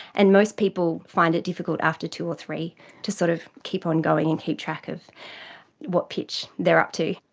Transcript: and most people find it difficult after two or three to sort of keep on going and keep track of what pitch they are up to.